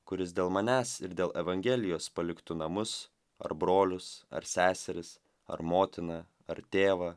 kuris dėl manęs ir dėl evangelijos paliktų namus ar brolius ar seseris ar motiną ar tėvą